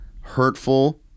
Hurtful